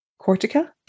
cortica